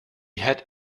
had